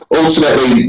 ultimately